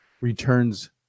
returns